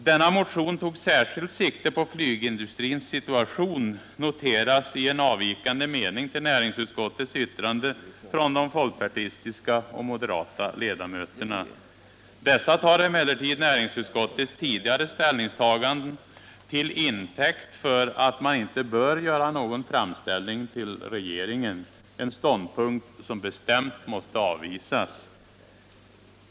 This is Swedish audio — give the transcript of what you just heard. ”Denna motion tog särskilt sikte på flygindustrins situation”, noteras i en avvikande mening till näringsutskottets yttrande från de folkpartistiska och moderata ledamöterna. Dessa tar emellertid näringsutskottets tidigare ställningstaganden till intäkt för att man inte bör göra någon framställning till regeringen, en ståndpunkt som bestämt måste avvisas.